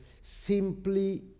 simply